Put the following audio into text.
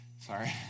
sorry